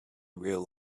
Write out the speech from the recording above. real